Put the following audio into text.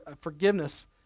forgiveness